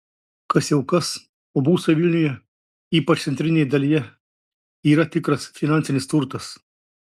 kas jau kas o būstai vilniuje ypač centrinėje dalyje yra tikras finansinis turtas